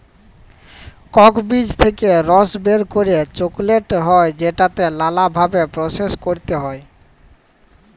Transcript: Coke বীজ থেক্যে রস বের করে চকলেট হ্যয় যেটাকে লালা ভাবে প্রসেস ক্যরতে হ্য়য়